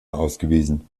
ausgewiesen